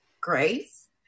Grace